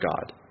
God